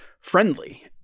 friendly